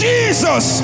Jesus